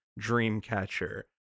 Dreamcatcher